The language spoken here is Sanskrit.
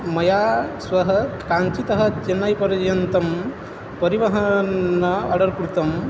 मया स्वः काञ्चितः चन्नैपर्यन्तं परिवहनम् आर्डर् कृतम्